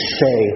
say